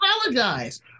apologize